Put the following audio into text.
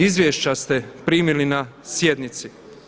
Izvješća ste primili na sjednici.